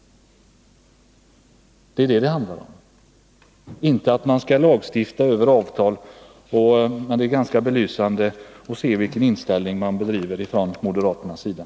Det är det det handlar om, inte om att stifta lagar som slår ut avtalsrätten. Det är ganska belysande att se vilken inställning som moderaterna har.